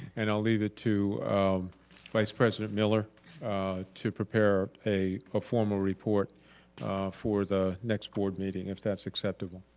and i'll leave it to vice president miller to prepare a a formal report for the next board meeting, if that's acceptable.